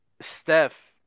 Steph